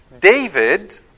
David